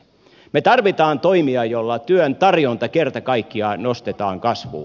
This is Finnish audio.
me tarvitsemme toimia joilla työn tarjonta kerta kaikkiaan nostetaan kasvuun